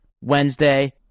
Wednesday